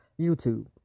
YouTube